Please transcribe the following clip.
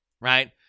right